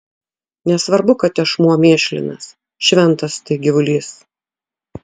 nesvarbu kad tešmuo mėšlinas šventas tai gyvulys